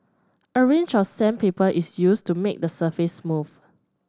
a range of sandpaper is used to make the surface smooth